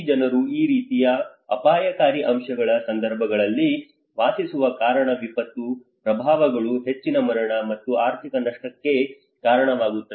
ಈ ಜನರು ಈ ರೀತಿಯ ಅಪಾಯಕಾರಿ ಅಂಶಗಳ ಸಂದರ್ಭಗಳಲ್ಲಿ ವಾಸಿಸುವ ಕಾರಣ ವಿಪತ್ತು ಪ್ರಭಾವಗಳು ಹೆಚ್ಚಿನ ಮರಣ ಮತ್ತು ಆರ್ಥಿಕ ನಷ್ಟಕ್ಕೆ ಕಾರಣವಾಗುತ್ತವೆ